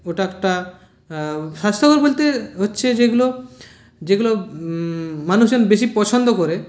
ওটা একটা স্বাস্থ্যকর বলতে হচ্ছে যেগুলো যেগুলো মানুষজন বেশী পছন্দ করে